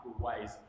ways